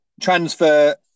transfer